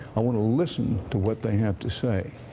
i want to listen to what they have to say.